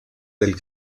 del